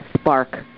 spark